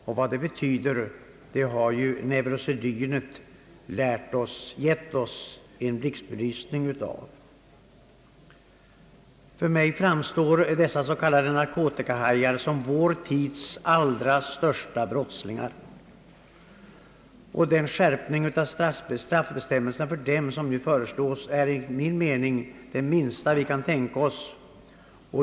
Vad detta betyder, har ju neurosedynet givit oss en blixtbelysning av. För mig framstår de s.k. narkotikahajarna som vår tids allra största brottslingar. Den skärpning av straffbestämmelserna för dem som nu föreslås är enligt min mening den minsta vi kan tänka oss.